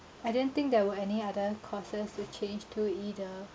I didn't think there were any other courses to change to either